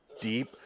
deep